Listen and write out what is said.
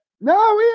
no